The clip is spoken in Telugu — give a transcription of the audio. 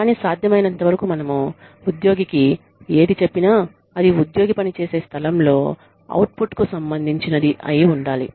కానీ సాధ్యమైనంతవరకు మనము ఉద్యోగికి ఏది చెప్పినా అది ఉద్యోగి పని చేసే స్థలంలో అవుట్పుట్కు సంబంధించినది అయి ఉండాలి